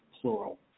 plural